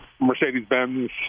Mercedes-Benz